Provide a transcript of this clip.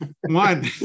One